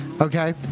Okay